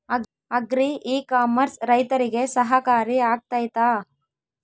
Agri e commerce ರೈತರಿಗೆ ಸಹಕಾರಿ ಆಗ್ತೈತಾ?